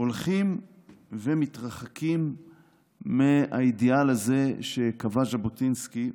הולכים ומתרחקים מהאידיאל הזה שקבע ז'בוטינסקי,